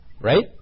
right